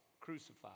crucified